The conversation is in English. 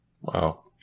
Wow